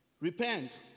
Repent